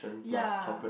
ya